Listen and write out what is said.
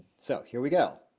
so here we go